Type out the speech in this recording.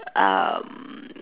um